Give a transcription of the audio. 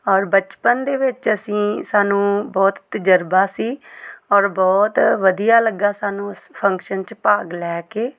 ਔਰ ਬਚਪਨ ਦੇ ਵਿੱਚ ਅਸੀਂ ਸਾਨੂੰ ਬਹੁਤ ਤਜਰਬਾ ਸੀ ਔਰ ਬਹੁਤ ਵਧੀਆ ਲੱਗਾ ਸਾਨੂੰ ਉਸ ਫੰਕਸ਼ਨ 'ਚ ਭਾਗ ਲੈ ਕੇ